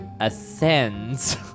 Ascends